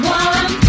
one